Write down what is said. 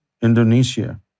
Indonesia